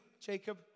Jacob